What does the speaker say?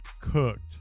cooked